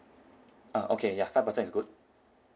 uh okay ya five percent is good